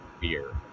beer